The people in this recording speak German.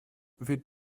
wird